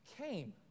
came